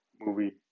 movie